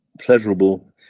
pleasurable